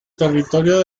territorio